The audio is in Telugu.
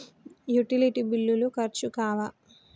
యుటిలిటీ బిల్లులు ఖర్చు కావా?